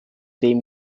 dem